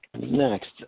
Next